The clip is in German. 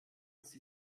sie